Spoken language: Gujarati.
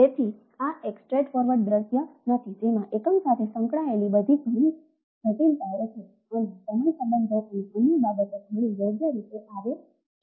તેથી આ એક સ્ટ્રેટફોરવર્ડ દૃશ્ય નથી જેમાં એકમ સાથે સંકળાયેલી ઘણી બધી જટિલતાઓ છે અને સમય સંબંધો અને અન્ય બાબતો ઘણી યોગ્ય રીતે આવે છે